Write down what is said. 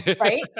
Right